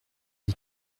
des